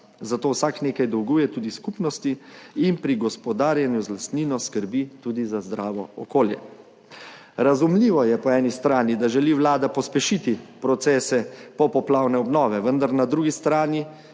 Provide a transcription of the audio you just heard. Zato vsak nekaj dolguje tudi skupnosti in pri gospodarjenju z lastnino skrbi tudi za zdravo okolje. Razumljivo je po eni strani, da želi Vlada pospešiti procese popoplavne obnove, vendar na drugi strani